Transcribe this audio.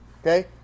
Okay